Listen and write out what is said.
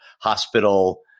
hospital